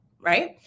right